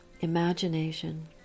imagination